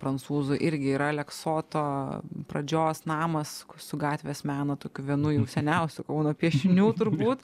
prancūzų irgi yra aleksoto pradžios namas su gatvės meno tokiu vienu seniausių kauno piešinių turbūt